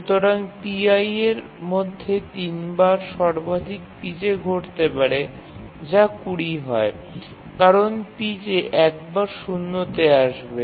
সুতরাং pi এর মধ্যে ৩ বার সর্বাধিক pj ঘটতে পারে যা ২০ হয় কারণ pj একবার ০ তে আসবে